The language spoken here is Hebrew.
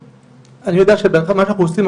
אני יודע שמה שאנחנו עושים,